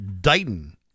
Dighton